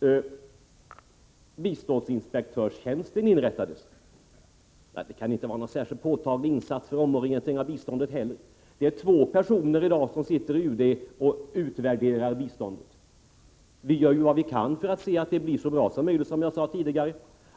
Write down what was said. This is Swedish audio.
En biståndsinspektörstjänst inrättades, och inte heller det kunde sägas vara en påtaglig insats för omorientering av biståndet. I dag sitter två personer i UD och utvärderar biståndet. Vi gör, som jag sade tidigare, vad vi kan för att det skall bli så bra som möjligt.